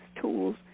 tools